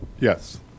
Yes